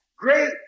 great